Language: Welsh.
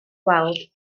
weld